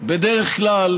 בדרך כלל